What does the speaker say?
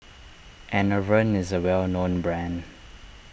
Enervon is a well known brand